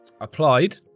applied